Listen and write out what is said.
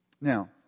Now